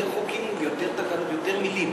יותר חוקים ויותר מילים.